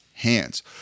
Hands